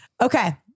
Okay